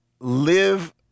live